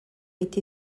été